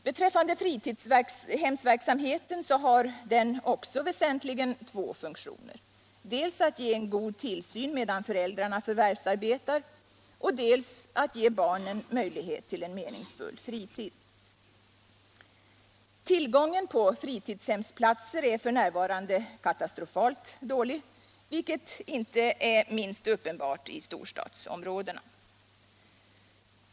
Också fritidshemsverksamheten har väsentligen två funktioner — dels att ge en god tillsyn medan föräldrarna förvärvsarbetar, dels att ge barnen möjlighet till en meningsfull fritid. Tillgången på fritidshemsplatser är f. n. katastrofalt dålig, vilket inte är minst uppenbart i storstadsområdena.